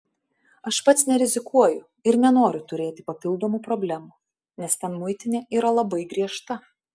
aš pats nerizikuoju ir nenoriu turėti papildomų problemų nes ten muitinė yra labai griežta